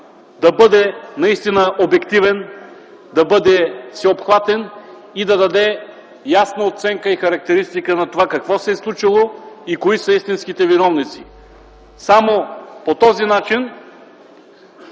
да бъде обективен, всеобхватен и да даде ясна оценка и характеристика на това какво се е случило и кои са истинските виновници. Само по този начин